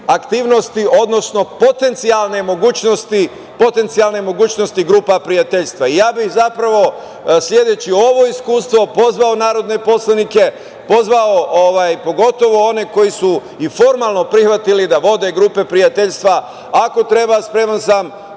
aktivnosti, odnosno potencijalne mogućnosti grupa prijateljstva. Ja bih zapravo sledeći ovo iskustvo pozvao narodne poslanike, pogotovo one koji su i formalno prihvatili da vode grupe prijateljstva, ako treba, spreman sam